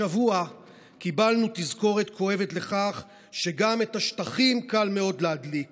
השבוע קיבלנו תזכורת כואבת לכך שגם את השטחים קל מאוד להדליק